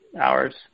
hours